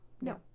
No